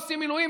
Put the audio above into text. עושים מילואים,